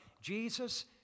Jesus